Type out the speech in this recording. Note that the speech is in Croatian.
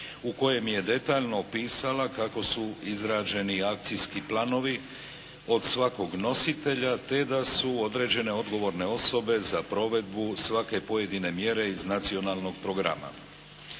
u kojem je detaljno opisala kako su izrađeni akcijski planovi od svakog nositelja te da su određene odgovorne osobe za provedbu svake pojedine mjere iz nacionalnog programa.